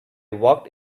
walked